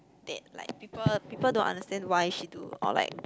that like people people don't understand why she do or like